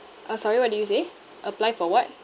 uh sorry what did you say apply for what